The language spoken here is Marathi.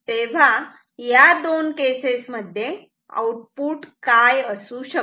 तेव्हा या दोन केसेस मध्ये आउटपुट काय असू शकते